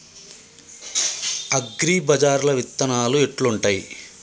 అగ్రిబజార్ల విత్తనాలు ఎట్లుంటయ్?